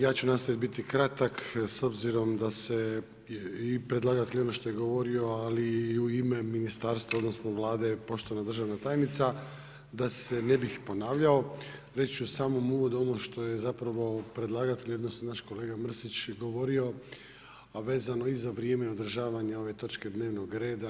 Ja ću nastojat biti kratak s obzirom da se i predlagatelj i ono što je govorio, ali i u ime ministarstva odnosno Vlade poštovana državna tajnica da se n e bih ponavljao, reći u samom uvodu ono što je zapravo predlagatelj odnosno naš kolega Mrsić govorio, a vezano i za vrijeme održavanja ove točke dnevnog reda.